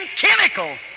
chemical